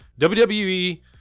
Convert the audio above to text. WWE